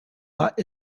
lot